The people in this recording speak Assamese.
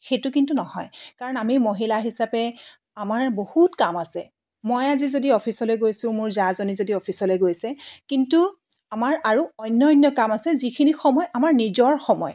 সেইটো কিন্তু নহয় কাৰণ আমি মহিলা হিচাপে আমাৰ বহুত কাম আছে মই আজি যদি অফিচলৈ গৈছোঁ মোৰ জাজনী যদি অফিচলৈ গৈছে কিন্তু আমাৰ আৰু অন্যান্য কাম আছে যিখিনি সময় আমাৰ নিজৰ সময়